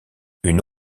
une